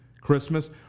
Christmas